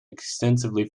extensively